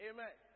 Amen